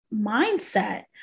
mindset